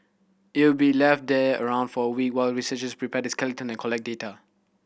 it'll be left there around for a week while researchers prepare the skeleton and collect data